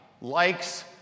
likes